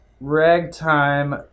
Ragtime